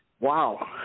Wow